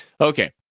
okay